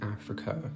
Africa